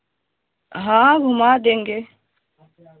हाँ घुमा देंगे